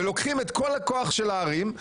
ולוקחים את כל הכוח של הערים,